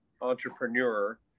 entrepreneur